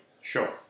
Sure